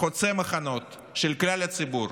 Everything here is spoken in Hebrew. חוצה מחנות של כלל הציבור.